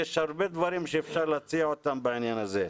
יש הרבה דברים שאפשר להציע אותם בעניין הזה.